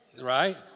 Right